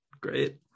great